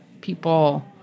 people